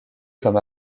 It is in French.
comme